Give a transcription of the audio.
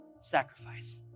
sacrifice